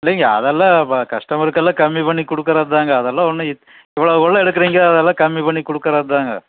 இல்லைங்க அதெல்லாம் கஸ்டமருக்கெல்லாம் கம்மி பண்ணிக்கொடுக்குறதுதாங்க அதெல்லாம் ஒன்றும் இவ்வளோ பொருள் எடுக்கிறீங்க அதெலாம் கம்மி பண்ணி கொடுக்கறதுதாங்க